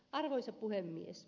arvoisa puhemies